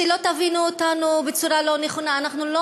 שלא תבינו אותנו בצורה לא נכונה: אנחנו לא